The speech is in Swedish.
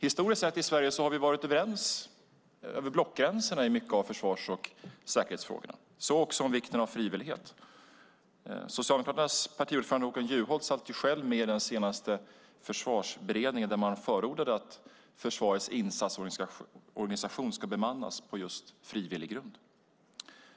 Historiskt sett i Sverige har vi varit överens över blockgränserna i mycket av försvars och säkerhetsfrågorna, så också om vikten av frivillighet. Socialdemokraternas partiordförande Håkan Juholt satt själv med i den senaste försvarsberedningen där man förordade att försvarets insatsorganisation ska bemannas just på frivillig grund.